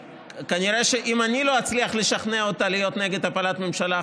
כנראה שאם אני לא אצליח לשכנע אותה להיות נגד הפלת הממשלה,